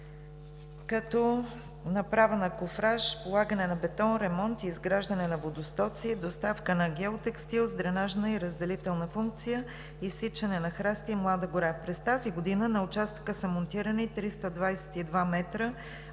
като направа на кофраж, полагане на бетон, ремонт и изграждане на водостоци, доставка на геотекстил с дренажна и разделителна функция, изсичане на храсти и млада гора. През тази година на участъка са монтирани 322 м